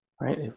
Right